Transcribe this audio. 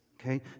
okay